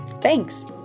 Thanks